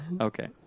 Okay